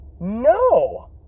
No